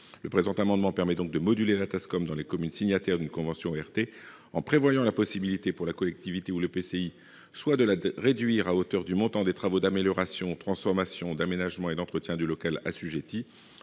Le présent amendement a pour objet de permettre la modulation de la Tascom dans les communes signataires d'une convention ORT en prévoyant la possibilité, pour la collectivité ou l'EPCI, soit de la réduire à hauteur du montant des travaux d'amélioration, de transformation, d'aménagement et d'entretien du local assujetti,